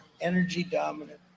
energy-dominant